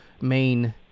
main